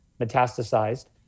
metastasized